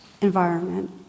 environment